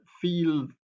feel